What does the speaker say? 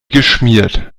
geschmiert